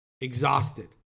exhausted